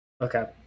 Okay